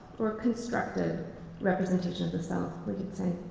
or a constructed representation of the self, we could say.